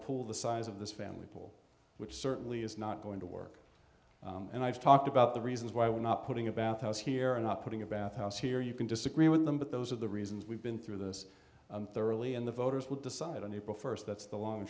pool the size of this family pool which certainly is not going to work and i've talked about the reasons why we're not putting a bathhouse here or not putting a bathhouse here you can disagree with them but those are the reasons we've been through this thoroughly in the voters will decide on april first that's the long